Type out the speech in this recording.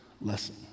lesson